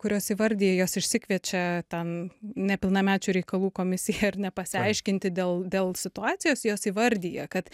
kurios įvardija jos išsikviečia ten nepilnamečių reikalų komisija ar ne pasiaiškinti dėl dėl situacijos jos įvardija kad